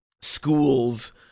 schools